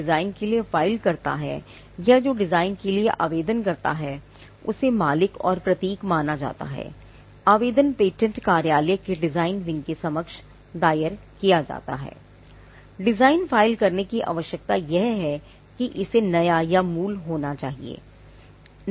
design file करने की आवश्यकता यह है कि इसे नया या मूल होना चाहिए